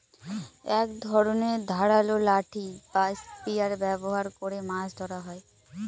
এক ধরনের ধারালো লাঠি বা স্পিয়ার ব্যবহার করে মাছ ধরা হয়